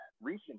recent